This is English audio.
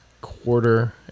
quarter